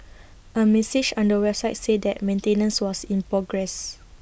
A message on the website said that maintenance was in progress